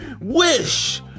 wish